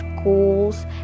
schools